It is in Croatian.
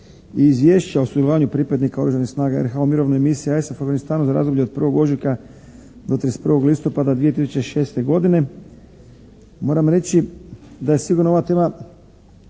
i Izvješća o sudjelovanju pripadnika Oružanih snaga RH-a u Mirovnoj misiji ISAF-a u Afganistanu za razdoblje od 1. ožujka do 31. listopada 2006. godine moram reći da sigurno ova tema